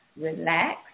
relax